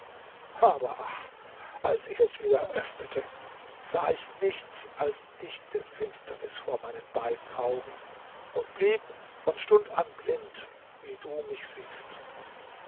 aber ach als ich es wieder öffnete sah ich nichts als dichte finsternis vor meinen beiden augen und blieb von stund an blind wie du mich siehst